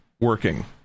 working